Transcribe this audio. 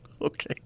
Okay